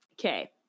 okay